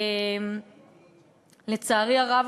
לצערי הרב,